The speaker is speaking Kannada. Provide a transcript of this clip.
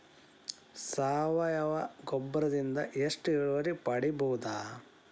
ಸಾವಯವ ಗೊಬ್ಬರದಿಂದ ಎಷ್ಟ ಇಳುವರಿ ಪಡಿಬಹುದ?